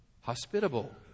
Hospitable